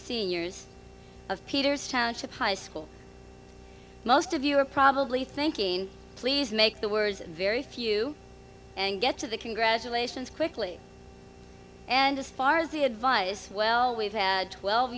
seniors of peters township high school most of you are probably thinking please make the words and very few and get to the congratulations quickly and as far as the advise well with twelve